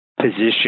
position